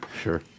Sure